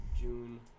June